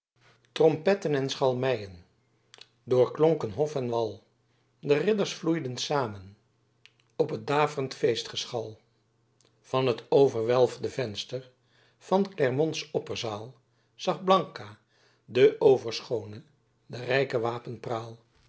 trompetten en schalmeien doorklonken hof en wal de ridders vloeiden samen op t daav'rend feestgeschal van t overwelfde venster van klermonts opperzaal zag blanka de overschoone den rijken